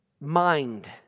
mind